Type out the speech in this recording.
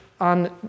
on